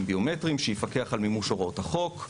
ביומטריים שיפקח על מימוש הוראות החוק.